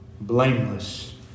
blameless